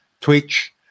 Twitch